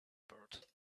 port